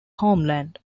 homeland